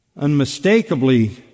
unmistakably